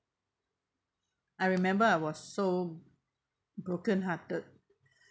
I remember I was so broken-hearted